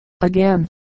Again